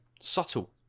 subtle